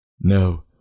No